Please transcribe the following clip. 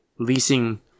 Leasing